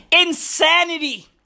Insanity